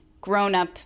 grown-up